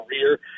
career